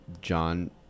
John